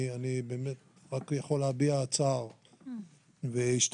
אני יכול רק להביע צער והשתתפות,